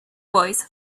voice